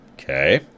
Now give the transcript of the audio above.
Okay